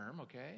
okay